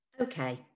Okay